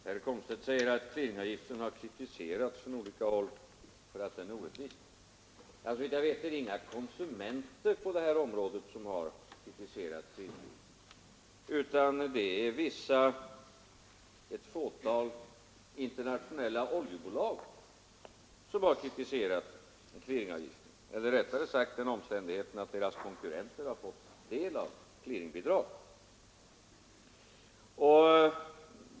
Herr talman! Herr Komstedt säger att clearingavgiften kritiserats på olika håll för att den är orättvis. Såvitt jag vet har inga konsumenter på området gjort detta, utan det är ett fåtal internationella oljebolag som har kritiserat clearingavgiften — eller rättare sagt den omständigheten att deras konkurrenter fått clearingbidrag.